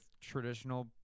traditional